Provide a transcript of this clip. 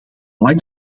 lang